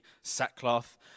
sackcloth